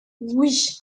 oui